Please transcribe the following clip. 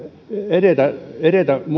edetä edetä